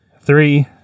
Three